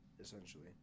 essentially